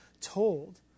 told